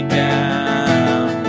down